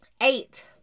Eight